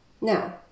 Now